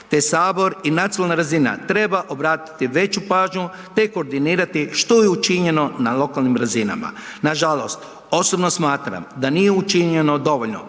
te sabor i nacionalna razina treba obratiti veću pažnju, te koordinirati što je učinjeno na lokalnim razinama. Nažalost, osobno smatram da nije učinjeno dovoljno